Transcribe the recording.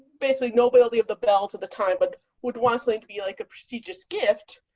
basically nobility of the belt at the time, but would want like to be like a prestigious gift.